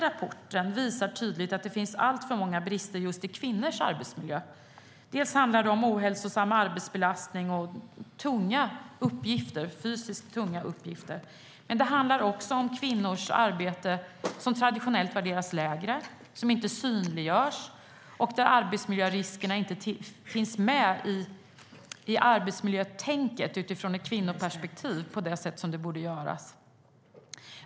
Rapporten visar tydligt att det finns alltför många brister just i kvinnors arbetsmiljö. Det handlar bland annat om ohälsosam arbetsbelastning och tunga uppgifter, fysiskt tunga uppgifter. Men det handlar också om att kvinnors arbete traditionellt värderas lägre. Det synliggörs inte, och arbetsmiljöriskerna finns inte med i arbetsmiljötänket utifrån ett kvinnoperspektiv, på det sätt som det borde göra.